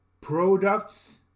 products